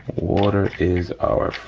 water is our